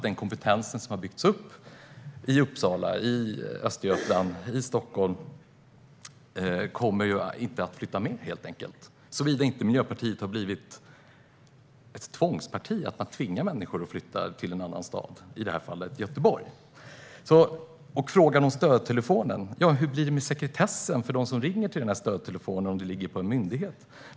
Den kompetens som har byggts upp i Uppsala, i Östergötland och i Stockholm kommer helt enkelt inte att flytta med, såvida inte Miljöpartiet har blivit ett tvångsparti som ska tvinga människor att flytta till en annan stad, i det här fallet Göteborg. När det gäller frågan om stödtelefonen undrar jag hur det blir med sekretessen för dem som ringer till stödtelefonen om detta ska ligga på en myndighet.